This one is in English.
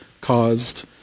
caused